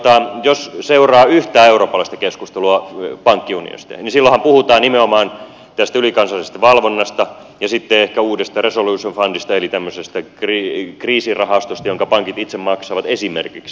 jos seuraa yhtään eurooppalaista keskustelua pankkiunionista niin silloinhan puhutaan nimenomaan tästä ylikansallisesta valvonnasta ja sitten ehkä uudesta resolution fundista eli tämmöisestä kriisirahastosta jonka pankit itse maksavat esimerkiksi